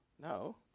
No